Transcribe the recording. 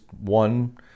one